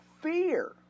fear